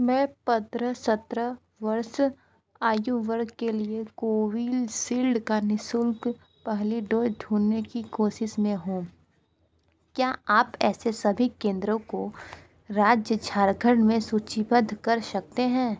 मैं पन्द्रह सत्रह वर्ष आयु वर्ग के लिए कोविशील्ड का निःशुल्क पहली डोज़ ढूँढने की कोशिश में हूँ क्या आप ऐसे सभी केंद्रों को राज्य झारखंड में सूचीबद्ध कर सकते हैं